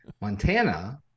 Montana